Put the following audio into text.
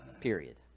period